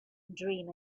dream